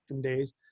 days